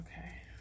Okay